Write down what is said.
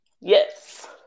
yes